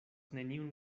neniun